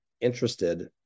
interested